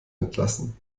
entlassen